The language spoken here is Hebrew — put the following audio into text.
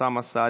אוסאמה סעדי,